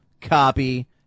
copy